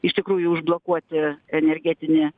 iš tikrųjų užblokuoti energetinį